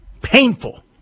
Painful